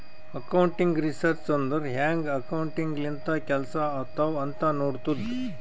accounting research ಅಂದುರ್ ಹ್ಯಾಂಗ್ accounting ಲಿಂತ ಕೆಲ್ಸಾ ಆತ್ತಾವ್ ಅಂತ್ ನೋಡ್ತುದ್